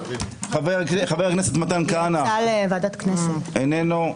חבר הכנסת מתן כהנא איננו,